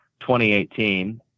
2018